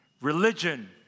Religion